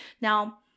Now